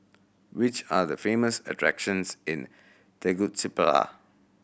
which are the famous attractions in Tegucigalpa